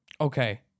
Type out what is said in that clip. Okay